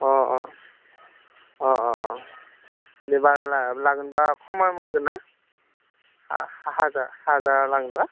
अ अ अ अ अ जेनेबा लागोनब्ला खमाव मोनगोनना हाजार लांब्ला